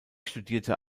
studierte